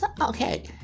okay